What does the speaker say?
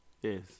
Yes